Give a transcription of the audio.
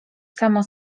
samo